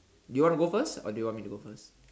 you wanna go first or do you want me to go first